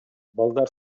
балдар